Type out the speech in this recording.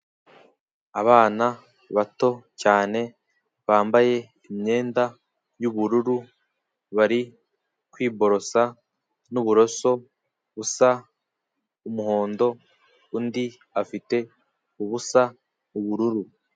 Abana bato cyane, bambaye imyenda y'ubururu, bari kwiborosa n'uburoso busa umuhondo, undi afite ubusa ubururu.